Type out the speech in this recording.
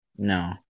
No